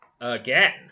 Again